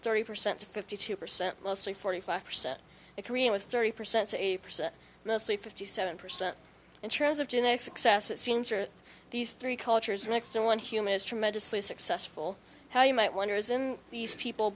thirty percent to fifty two percent mostly forty five percent korean with thirty percent to eighty percent mostly fifty seven percent in terms of genetic success it seems are these three cultures mixed in one human is tremendously successful how you might wonder isn't these people